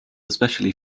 especially